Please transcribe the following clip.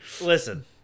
Listen